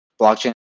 blockchain